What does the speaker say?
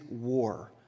war